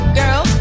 girl